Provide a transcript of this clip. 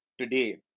today